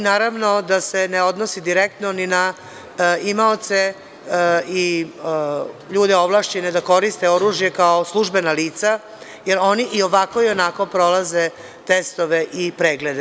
Naravno da se ne odnosi direktno i na imaoce i ljude ovlašćene da koriste oružje kao službena lica, jer oni i ovako i onako prolaze testove i preglede.